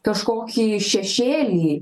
kažkokį šešėlį